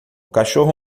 cachorro